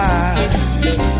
eyes